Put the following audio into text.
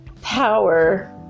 power